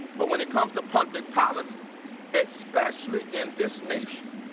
but when it comes to public policy especially in this nation,